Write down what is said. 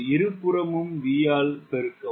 இருபுறமும் Vஆல் பெருக்கவும்